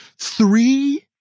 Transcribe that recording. Three